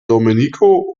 domenico